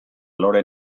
lore